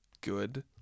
good